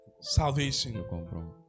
Salvation